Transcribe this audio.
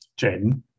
Jaden